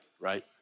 right